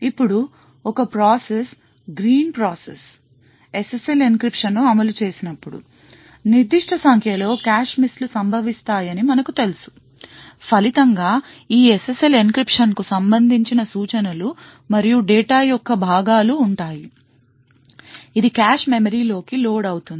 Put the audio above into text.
ఇప్పుడు ఒక process green process SSL encryptionను అమలు చేసినప్పుడు నిర్దిష్ట సంఖ్యలో కాష్ మిస్లు సంభవిస్తాయని మనకు తెలుసు ఫలితంగా ఈ SSL encryptionకు సంబంధించిన సూచనలు మరియు డేటా యొక్క భాగాలు ఉంటాయి ఇది కాష్ మెమరీలోకి లోడ్ అవుతుంది